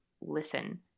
listen